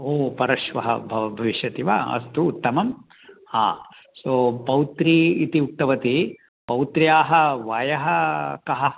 ओ परश्वः बव् भविष्यति वा अस्तु उत्तमं हा सो पौत्री इति उक्तवती पौत्र्याः वयः कः